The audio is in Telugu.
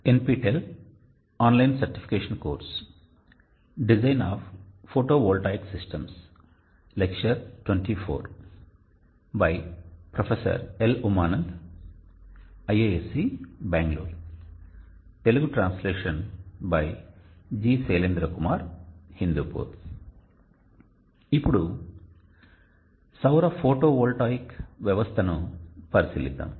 ఇప్పుడు సౌర ఫోటోవోల్టాయిక్ వ్యవస్థ SOLAR PHOTO VOLTAIC SYSTEM ను పరిశీలిద్దాం